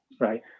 right